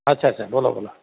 अच्छा अच्छा बोला बोला